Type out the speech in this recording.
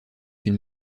une